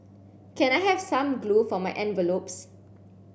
can I have some glue for my envelopes